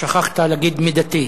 שכחת להגיד מידתי.